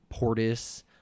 Portis